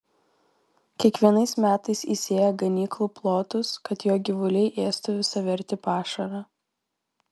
kiekvienais metais įsėja ganyklų plotus kad jo gyvuliai ėstų visavertį pašarą